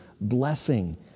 blessing